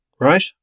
right